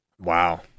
Wow